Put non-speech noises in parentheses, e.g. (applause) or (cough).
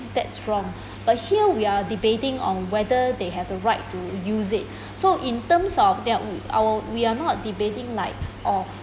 that's wrong (breath) but here we are debating on whether they have the right to use it (breath) so in terms of their our we are not debating like (breath) or